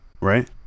right